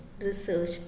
research